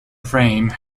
frame